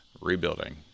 rebuilding